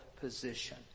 position